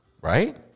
Right